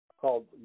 called